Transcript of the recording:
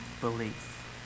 belief